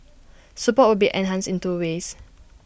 support will be enhanced in two ways